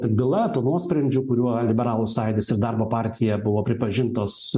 byla tuo nuosprendžiu kuriuo liberalų sąjūdis ir darbo partija buvo pripažintos